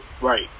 Right